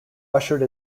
ushered